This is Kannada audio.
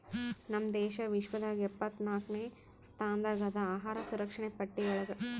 ನಮ್ ದೇಶ ವಿಶ್ವದಾಗ್ ಎಪ್ಪತ್ನಾಕ್ನೆ ಸ್ಥಾನದಾಗ್ ಅದಾ ಅಹಾರ್ ಸುರಕ್ಷಣೆ ಪಟ್ಟಿ ಒಳಗ್